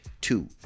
two